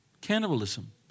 Cannibalism